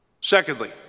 Secondly